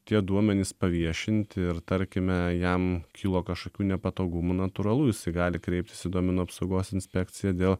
tie duomenys paviešinti ir tarkime jam kilo kažkokių nepatogumų natūralu jis gali kreiptis į duomenų apsaugos inspekciją dėl